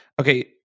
Okay